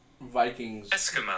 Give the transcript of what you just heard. Vikings